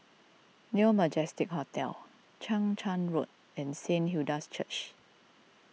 New Majestic Hotel Chang Charn Road and Saint Hilda's Church